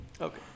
Okay